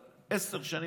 השר,